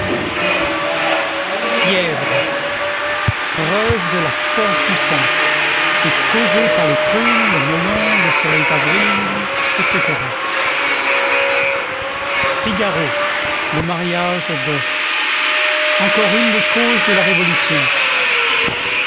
fièvre preuve de la force du sang est causée par les prunes le melon le soleil d'avril etc figaro le mariage de encore une des causes de la révolution